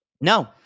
No